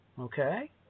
okay